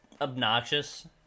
obnoxious